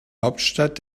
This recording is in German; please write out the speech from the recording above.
hauptstadt